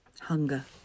hunger